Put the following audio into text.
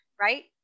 right